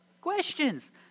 Questions